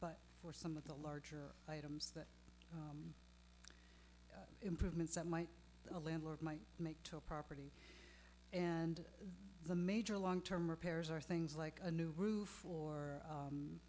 but for some of the larger items that improvements that might a landlord might make to a property and the major long term repairs are things like a new roof or